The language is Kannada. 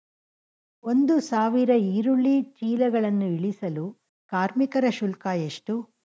ಒಂದು ಸಾವಿರ ಈರುಳ್ಳಿ ಚೀಲಗಳನ್ನು ಇಳಿಸಲು ಕಾರ್ಮಿಕರ ಶುಲ್ಕ ಎಷ್ಟು?